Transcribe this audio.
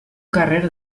carrer